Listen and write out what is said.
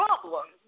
problems